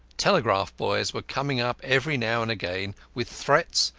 telegraph boys were coming up every now and again with threats,